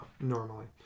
Normally